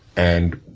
and,